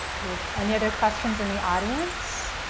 any other questions in the audience?